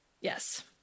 Yes